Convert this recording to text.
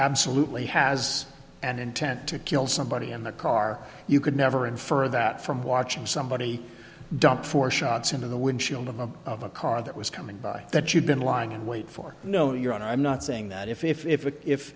absolutely has an intent to kill somebody in the car you could never infer that from watching somebody dumped four shots into the windshield of a of a car that was coming by that you've been lying in wait for you know you're on i'm not saying that if if if if